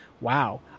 Wow